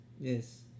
Yes